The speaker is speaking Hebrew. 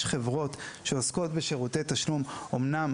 יש חברות שעוסקות בשירותי תשלום אמנם